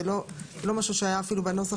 זה לא היה משהו שהיה בנוסח,